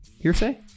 Hearsay